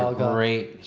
ah great,